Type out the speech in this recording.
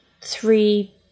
three